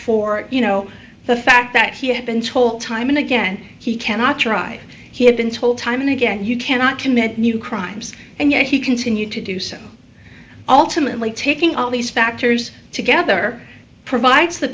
for you know the fact that he had been told time and again he cannot try he had been told time and again you cannot commit new crimes and yet he continued to do so ultimately taking all these factors together provides the